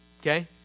okay